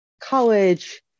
college